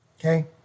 Okay